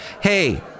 Hey